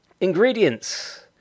Ingredients